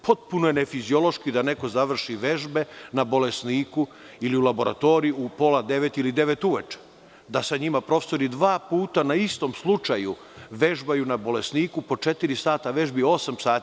Potpuno je nefiziološki da neko završi vežbe na bolesniku ili u laboratoriji u pola devet ili devet uveče, da sa njima profesori dva puta na istom slučaju vežbaju na bolesniku po četiri sata vežbi, osam sati.